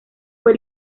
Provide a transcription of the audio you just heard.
fue